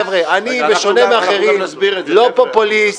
אני בשונה מאחרים, לא פופוליסט,